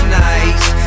nights